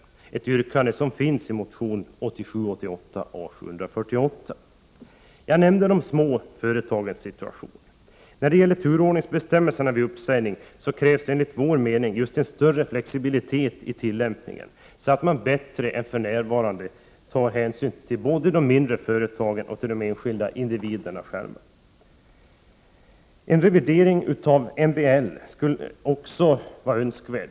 Detta yrkande finns i motion 1987 89:25 «mindre företagen och till de enskilda individerna. 16 november 1988 «En revidering av MBL är också önskvärd.